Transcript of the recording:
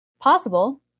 possible